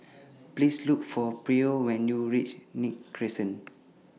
Please Look For Pryor when YOU REACH Nim Crescent